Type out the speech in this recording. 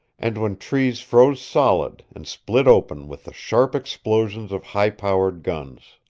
and when trees froze solid and split open with the sharp explosions of high-power guns.